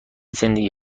زندگی